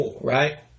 Right